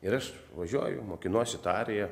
ir aš važiuoju mokinuosi tą ariją